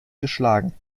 geschlagen